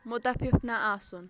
مُتفِف نہٕ آسُن